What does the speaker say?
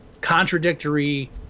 contradictory